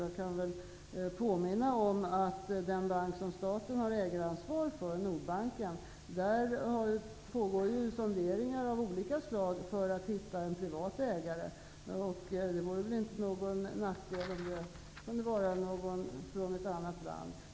Jag kan påminna om att när det gäller Nordbanken, som staten har ägaransvar för, pågår sonderingar av olika slag för att hitta en privat ägare. Det vore ingen nackdel med en ny ägare från något annat land.